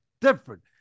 different